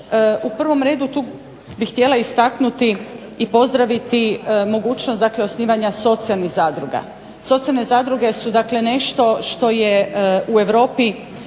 U prvom redu tu bih htjela istaknuti i pozdraviti mogućnost dakle osnivanja socijalnih zadruga. Socijalne zadruge su dakle nešto što je u Europi